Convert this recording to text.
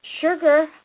Sugar